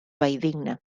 valldigna